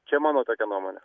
čia mano tokia nuomonė